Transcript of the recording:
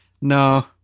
no